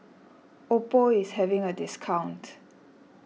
Oppo is having a discount